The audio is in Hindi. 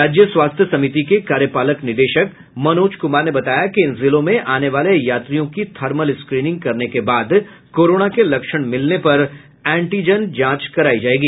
राज्य स्वास्थ्य समिति के कार्यपलक निदेशक मनोज कुमार ने बताया कि इन जिलों में आने वाले यात्रियों की थर्मल स्क्रीनिंग करने के बाद कोरोना के लक्षण मिलने पर एंटीजेन जांच करायी जायेगी